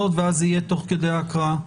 בהתחשב,